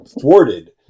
thwarted